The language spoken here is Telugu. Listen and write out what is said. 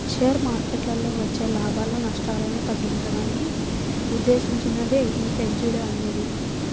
షేర్ మార్కెట్టులో వచ్చే లాభాలు, నష్టాలను తగ్గించడానికి ఉద్దేశించినదే యీ హెడ్జ్ అనేది